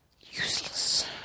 Useless